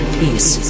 peace